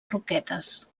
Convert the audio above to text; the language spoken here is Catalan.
roquetes